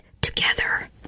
together